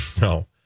No